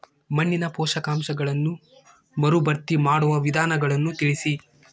ಮಣ್ಣಿನ ಪೋಷಕಾಂಶಗಳನ್ನು ಮರುಭರ್ತಿ ಮಾಡುವ ವಿಧಾನಗಳನ್ನು ತಿಳಿಸಿ?